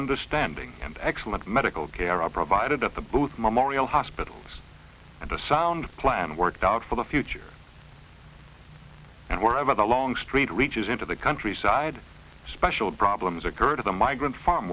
understanding and excellent medical care are provided at the booth memorial hospital and the sound plan worked out for the future and wherever the long street reaches into the countryside special problems occur to the migrant farm